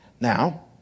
now